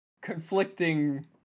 conflicting